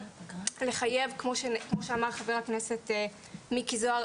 כמו שאמר חבר הכנסת מיקי זוהר,